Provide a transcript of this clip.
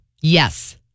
Yes